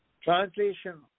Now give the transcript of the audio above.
translation